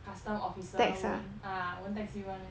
customs officer won't won't tax you [one] meh